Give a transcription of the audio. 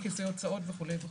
אי-כיסוי הוצאות וכו'.